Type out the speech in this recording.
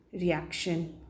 reaction